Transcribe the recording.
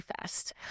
fast